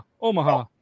Omaha